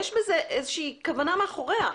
יש בזה איזושהי כוונה מאחוריה.